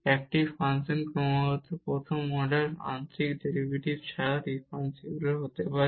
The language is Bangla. একটি ফাংশন ক্রমাগত প্রথম অর্ডার আংশিক ডেরিভেটিভস ছাড়া ডিফারেনসিবল হতে পারে